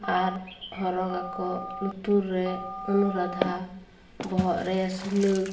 ᱟᱨ ᱦᱚᱨᱚᱜᱟᱠᱚ ᱞᱩᱛᱩᱨ ᱨᱮ ᱚᱱᱩᱨᱟᱫᱷᱟ ᱵᱚᱦᱚᱜ ᱨᱮ ᱥᱩᱞᱟᱹᱠ